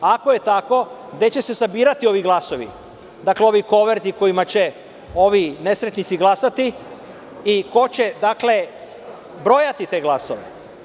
Ako je tako, gde će se sabirati ovi glasovi, ovi koverti kojima će ovi nesretnici glasati i ko će brojati te glasove?